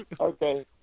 okay